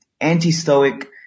anti-stoic